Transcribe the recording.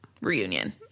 reunion